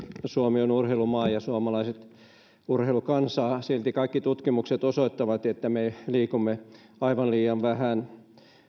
suomi on urheilumaa ja suomalaiset urheilukansaa silti kaikki tutkimukset osoittavat että me liikumme aivan liian vähän